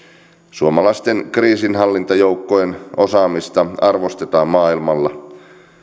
suomalaisten kriisinhallintajoukkojen osaamista arvostetaan maailmalla